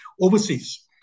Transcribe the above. overseas